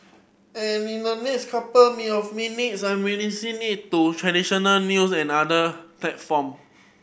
and in the next couple me of minutes I'm releasing it to traditional news and other platform